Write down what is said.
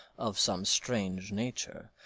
of some strange nature,